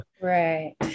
right